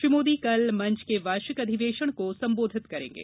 श्री मोदी कल मंच के वार्षिक अधिवेशन को संबोधित करेंगे